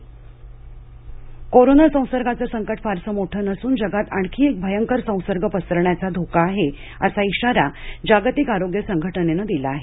जागतिक आरोग्य संघटना कोरोना संसर्गाचं संकट फारसं मोठं नसून जगात आणखी एक भयानक संसर्ग पसरण्याचा धोका आहे असा इशारा जागतिक आरोग्य संघटनेने दिला आहे